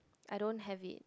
I don't have it